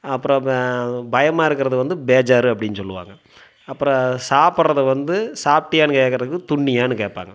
அப்புறம் பயமாக இருக்கிறத வந்து பேஜாரு அப்படின்னு சொல்லுவாங்க அப்புறம் சாப்பிட்றது வந்து சாப்பிட்டியான்னு கேக்கிறக்கு துண்ணியானு கேட்பாங்க